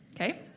Okay